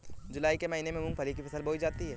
जूलाई के महीने में मूंगफली की फसल बोई जाती है